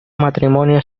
matrimonio